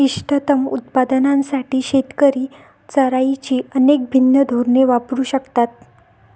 इष्टतम उत्पादनासाठी शेतकरी चराईची अनेक भिन्न धोरणे वापरू शकतात